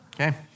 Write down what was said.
Okay